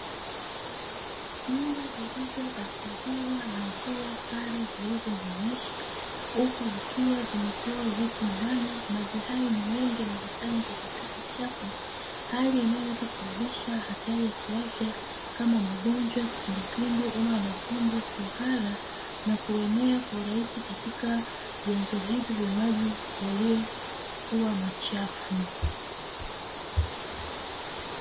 Nyumba zilizoathiriwa na mvua kali zilizonyesha. Huku zikiwa zimetoa vitu ndani. Maji hayo ni mengi yamekusanya takataka chafu hali inayoweza kusababisha hatari ya kiafya kama magonjwa ya kipindupindu, homa ya matumbo, kuhara na kuenea kwa urahisi katika nyanzo hivyo vya maji yaliyokuwa machafu.